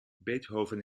beethoven